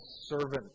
servant